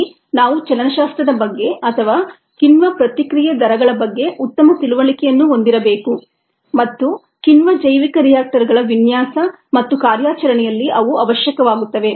ಇಲ್ಲಿ ನಾವು ಚಲನಶಾಸ್ತ್ರದ ಬಗ್ಗೆ ಅಥವಾ ಕಿಣ್ವ ಪ್ರತಿಕ್ರಿಯೆ ದರಗಳ ಬಗ್ಗೆ ಉತ್ತಮ ತಿಳುವಳಿಕೆಯನ್ನು ಹೊಂದಿರಬೇಕು ಮತ್ತು ಕಿಣ್ವ ಜೈವಿಕ ರಿಯಾಕ್ಟರ್ಗಳ ವಿನ್ಯಾಸ ಮತ್ತು ಕಾರ್ಯಾಚರಣೆಯಲ್ಲಿ ಅವು ಅವಶ್ಯಕವಾಗುತ್ತವೆ